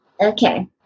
Okay